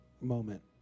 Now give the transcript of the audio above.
moment